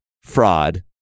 fraud